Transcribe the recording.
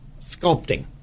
sculpting